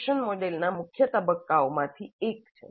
ના ટ્રાન્ઝેક્શન મોડેલના મુખ્ય તબક્કાઓમાંથી એક છે